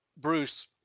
Bruce